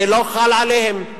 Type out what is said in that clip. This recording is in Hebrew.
זה לא חל עליהן.